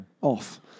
Off